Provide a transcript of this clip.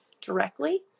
directly